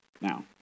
Now